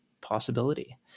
possibility